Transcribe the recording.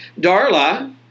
Darla